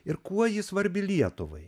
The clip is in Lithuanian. ir kuo ji svarbi lietuvai